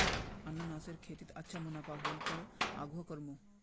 अनन्नासेर खेतीत अच्छा मुनाफा ह ल पर आघुओ करमु